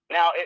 Now